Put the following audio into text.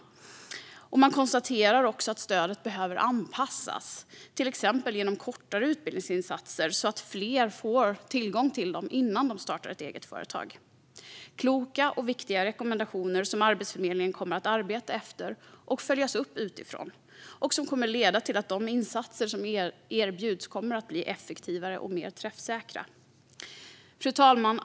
Riksrevisionen konstaterar också att stödet behöver anpassas, till exempel genom kortare utbildningsinsatser så att fler får tillgång till dem innan de startar ett eget företag. Detta är kloka och viktiga rekommendationer som Arbetsförmedlingen kommer att arbeta efter och som kommer att följas upp utifrån. De kommer att leda till att de insatser som erbjuds kommer att bli effektivare och mer träffsäkra. Fru talman!